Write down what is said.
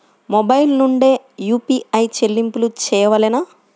Mobile నుండే UPI చెల్లింపులు చేయవలెనా?